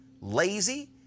lazy